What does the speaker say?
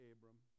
Abram